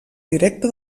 directe